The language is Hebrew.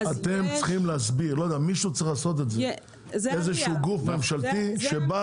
צריך שיהיה איזה שהוא גוף ממשלתי שיבוא